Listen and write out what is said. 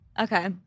Okay